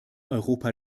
europa